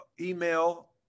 email